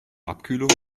abkühlung